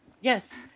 Yes